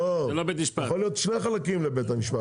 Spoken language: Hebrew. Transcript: יכול להיות שני חלקים לבית משפט.